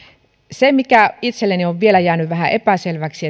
se mikä itselleni on vielä jäänyt vähän epäselväksi